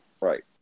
right